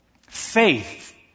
Faith